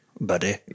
buddy